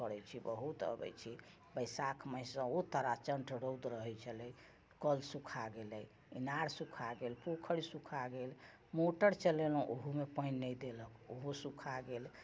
बहुत अबे छी बैसाखमे से ओ तारा चण्ठ रौद रहै छलै कऽल सुखा गेलै इनार सुखा गेल पोखरि सुखा गेल मोटर चलेलहुँ ओहूमे पानि नहि देलक ओहो सुखा गेल